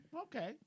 Okay